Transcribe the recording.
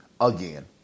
again